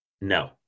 No